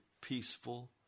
peaceful